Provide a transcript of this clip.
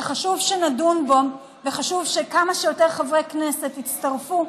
שחשוב שנדון בו וחשוב שכמה שיותר חברי כנסת יצטרפו,